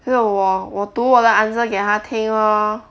因为我我读我的 answer 给她听 lor